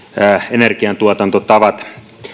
energiantuotantotavat